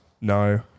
no